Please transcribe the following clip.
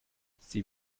sie